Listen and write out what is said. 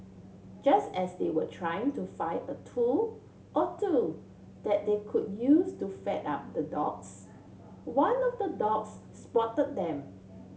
just as they were trying to find a tool or two that they could use to fend up the dogs one of the dogs spotted them